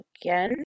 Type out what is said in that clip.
again